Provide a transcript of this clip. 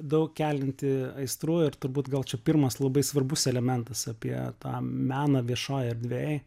daug kelianti aistrų ir turbūt gal čia pirmas labai svarbus elementas apie tą meną viešoj erdvėj